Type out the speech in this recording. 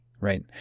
right